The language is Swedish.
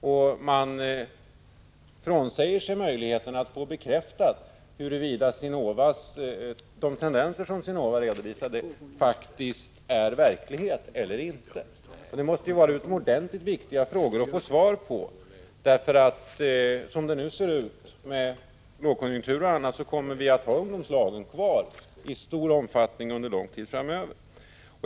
Man avhänder sig möjligheten att få bekräftat huruvida de tendenser som SINOVA redovisade är verkliga eller inte. Det måste ju vara utomordentligt viktigt att få svar på de här frågorna. Som det nu ser ut, med lågkonjunktur och annat, kommer ungdomslagen att i stor omfattning finnas kvar under lång tid framöver.